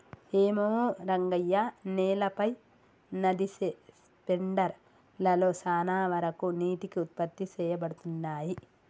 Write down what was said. ఏమో రంగయ్య నేలపై నదిసె స్పెండర్ లలో సాన వరకు నీటికి ఉత్పత్తి సేయబడతున్నయి